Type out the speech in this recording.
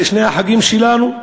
בשני החגים שלנו,